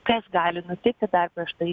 kas gali nutikti dar prieš tai